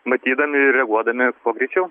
matydami ir reaguodami kuo greičiau